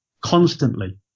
constantly